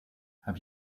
have